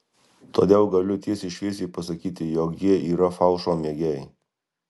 todėl galiu tiesiai šviesiai pasakyti jog jie yra falšo mėgėjai